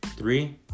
Three